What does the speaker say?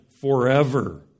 forever